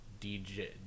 DJ